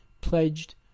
pledged